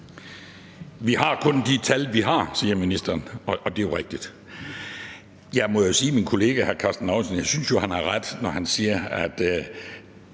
Vi har kun de tal, vi har, siger ministeren, og det er jo rigtigt. Jeg må jo sige, at jeg synes, min kollega hr. Karsten Lauritzen har ret, når han siger, at